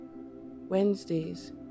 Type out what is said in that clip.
Wednesdays